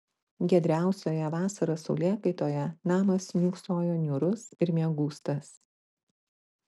giedriausioje vasaros saulėkaitoje namas niūksojo niūrus ir miegūstas